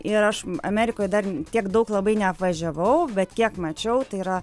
ir aš amerikoj dar tiek daug labai neapvažiavau bet kiek mačiau tai yra